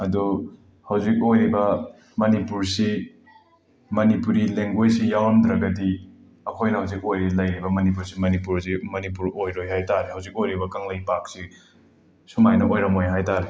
ꯑꯗꯣ ꯍꯧꯖꯤꯛ ꯑꯣꯏꯔꯤꯕ ꯃꯅꯤꯄꯨꯔꯁꯤ ꯃꯅꯤꯄꯨꯔꯤ ꯂꯦꯡꯒ꯭ꯋꯦꯁ ꯌꯥꯎꯔꯝꯗ꯭ꯔꯒꯗꯤ ꯑꯩꯈꯣꯏꯅ ꯍꯧꯖꯤꯛ ꯑꯣꯏꯔꯤ ꯂꯩꯔꯤꯕ ꯃꯅꯤꯄꯨꯔꯁꯤ ꯃꯅꯤꯄꯨꯔ ꯑꯣꯏꯔꯣꯏ ꯍꯥꯏ ꯇꯥꯔꯦ ꯍꯧꯖꯤꯛ ꯑꯣꯏꯔꯤꯕ ꯀꯥꯡꯂꯩꯄꯥꯛꯁꯤ ꯁꯨꯃꯥꯏꯅ ꯋꯥꯔꯝꯃꯣꯏ ꯍꯥꯏ ꯇꯥꯔꯦ